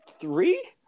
three